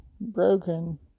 broken